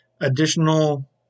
additional